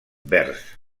verds